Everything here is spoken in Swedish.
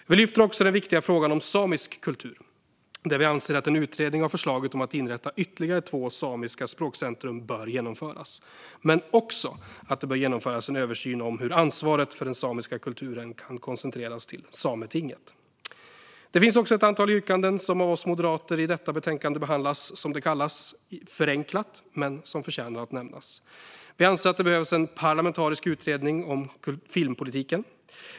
Vi lyfter upp den viktiga frågan om samisk kultur, där vi anser att en utredning av förslaget om att inrätta ytterligare två samiska språkcentrum bör genomföras men också att det bör genomföras en översyn av hur ansvaret för den samiska kulturen kan koncentreras till Sametinget. Det finns också ett antal yrkanden av oss moderater som i detta betänkande behandlas förenklat, som det kallas, men som förtjänar att nämnas. Vi anser att det behövs en parlamentarisk utredning om filmpolitiken.